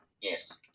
Yes